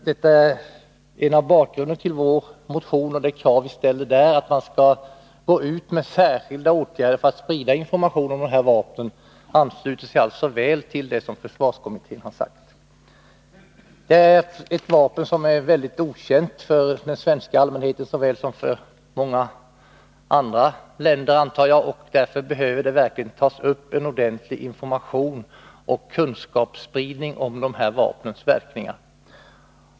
Detta är en bakgrund till vår motion och dess krav att man skall gå ut med särskilda åtgärder för att sprida information om dessa vapen. Det ansluter väl till vad försvarskommittén sagt. Dessa vapen är mycket okända för den svenska allmänheten och troligen inte särskilt väl kända i andra länder heller. Därför behöver det ges en ordentlig information och spridas kunskaper om dessa vapens verkningar.